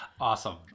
Awesome